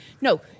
No